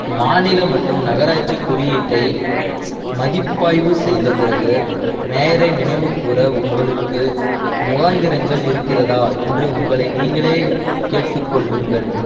மாநில மற்றும் நகராட்சி குறியீட்டை மதிப்பாய்வு செய்த பிறகு மேயரை நினைவுகூர உங்களுக்கு முகாந்திரங்கள் இருக்கிறதா என்று உங்களை நீங்களே கேட்டுக்கொள்ளுங்கள்